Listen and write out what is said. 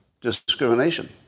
discrimination